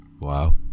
wow